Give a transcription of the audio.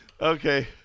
Okay